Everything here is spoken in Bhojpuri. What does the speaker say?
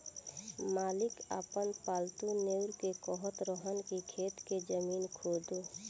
मालिक आपन पालतु नेओर के कहत रहन की खेत के जमीन खोदो